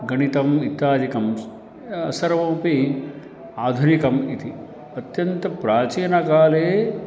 गणितम् इत्यादिकं सर्वमपि आधुनिकम् इति अत्यन्तप्राचीनकाले